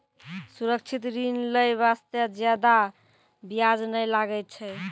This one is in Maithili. सुरक्षित ऋण लै बास्ते जादा बियाज नै लागै छै